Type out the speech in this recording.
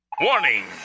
Warning